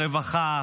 הרווחה,